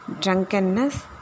drunkenness